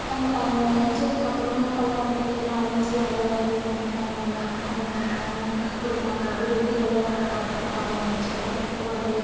அந்த அந்த நிச்சியத்துக்கு அப்புறமே கல்யாண பத்திரிக்கையெல்லாம் அடித்து அதை வந்து சொந்தக்காரவங்கள் எல்லாேருக்கும் எங்கெங்கேல்லாம் கொடுப்பாங்க அதிலிருந்து கல்யாண வேலை பரபரப்பாக ஆரமிச்சுரும் அதுக்கப்பறம் வந்து